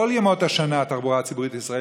כל ימות השנה התחבורה הציבורית בישראל